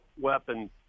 weapons